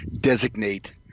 designate